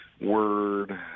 word